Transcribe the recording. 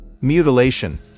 mutilation